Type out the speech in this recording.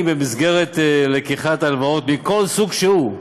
במסגרת לקיחת הלוואות מכל סוג שהוא,